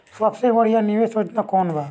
सबसे बढ़िया निवेश योजना कौन बा?